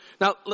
Now